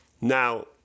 Now